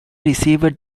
received